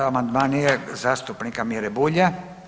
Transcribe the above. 1. Amandman je zastupnika Mire Bulja.